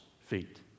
feet